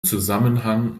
zusammenhang